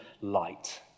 light